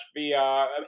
VR